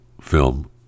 film